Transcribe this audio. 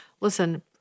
Listen